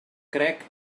crec